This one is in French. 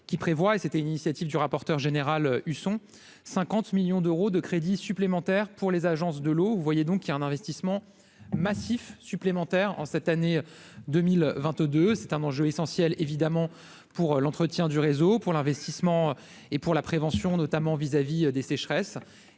qui prévoit, et c'était une initiative du rapporteur général Husson 50 millions d'euros de crédits supplémentaires pour les agences de l'eau, vous voyez, donc il y a un investissement massif supplémentaire en cette année 2022, c'est un enjeu essentiel évidemment pour l'entretien du réseau pour l'investissement et pour la prévention, notamment vis-à-vis des sécheresses,